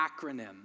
acronym